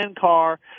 car